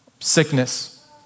sickness